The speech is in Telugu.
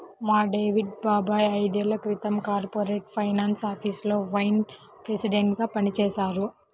మా డేవిడ్ బాబాయ్ ఐదేళ్ళ క్రితం కార్పొరేట్ ఫైనాన్స్ ఆఫీసులో వైస్ ప్రెసిడెంట్గా పనిజేశారు